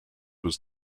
was